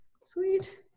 Sweet